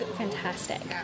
fantastic